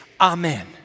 Amen